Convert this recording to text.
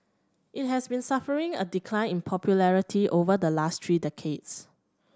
it has been suffering a decline in popularity over the last three decades